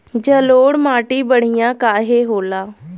जलोड़ माटी बढ़िया काहे होला?